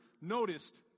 noticed